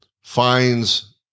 finds